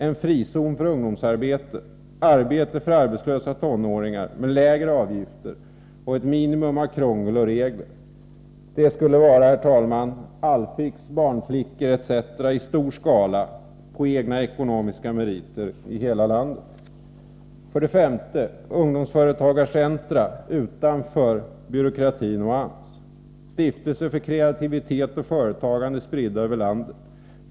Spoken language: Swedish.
En frizon för ungdomsarbete. Arbete för arbetslösa tonåringar, med lägre avgifter och ett minimum av krångel och regler. Det kunde gälla t.ex. All-Fix, barnflickor etc. i stor skala, på grundval av egna ekonomiska meriter, och i hela landet. 5. Ungdomsföretagarcentra utanför byråkratin och AMS. Stiftelser för kreativitet och företagande spridda över hela landet.